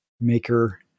maker